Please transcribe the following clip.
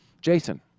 jason